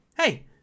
hey